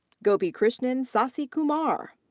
gopikrishnan sasi kumar.